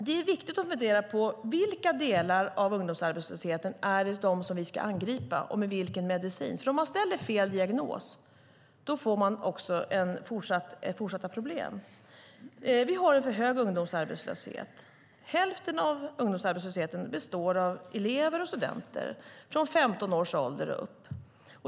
Det är viktigt att fundera på vilka delar av ungdomsarbetslösheten vi ska angripa och med vilken medicin, för om man ställer fel diagnos får man också fortsatta problem. Vi har en för hög ungdomsarbetslöshet. Hälften av dem som är drabbade av ungdomsarbetslösheten är elever och studenter från 15 års ålder och uppåt.